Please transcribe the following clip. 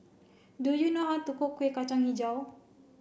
do you know how to cook Kueh Kacang Hijau